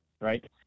right